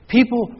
People